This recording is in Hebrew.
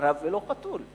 ארנב ולא חתול.